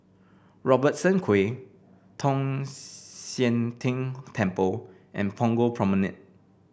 Robertson Quay Tong Sian Tng Temple and Punggol Promenade